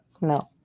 No